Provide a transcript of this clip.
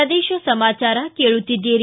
ಪ್ರದೇಶ ಸಮಾಚಾರ ಕೇಳುತ್ತೀದ್ದಿರಿ